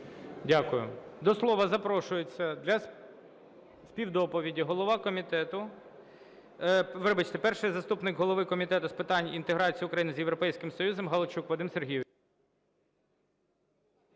Дякую. До слова запрошується для співдоповіді голова комітету, вибачте, перший заступник голови Комітету з питань інтеграції України з Європейським Союзом Галайчук Вадим Сергійович.